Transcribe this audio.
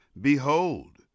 behold